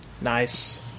Nice